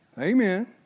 Amen